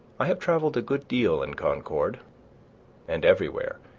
i have travelled a good deal in concord and everywhere,